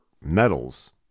metals